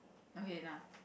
okay nah